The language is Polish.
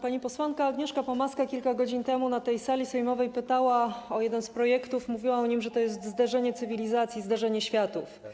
Pani posłanka Agnieszka Pomaska kilka godzin temu na sali sejmowej pytała o jeden z projektów, mówiła o nim, że to jest zderzenie cywilizacji, zderzenie światów.